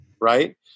Right